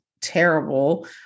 terrible